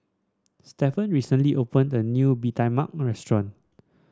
Stefan recently opened a new Bee Tai Mak restaurant